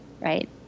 right